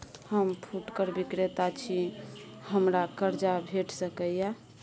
हम फुटकर विक्रेता छी, हमरा कर्ज भेट सकै ये?